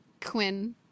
Quinn